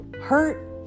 hurt